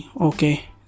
okay